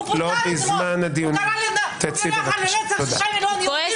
הוא בירך על רצח 6 מיליון רחמנא ליצלן.